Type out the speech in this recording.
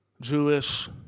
Jewish